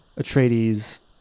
Atreides